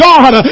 God